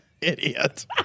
Idiot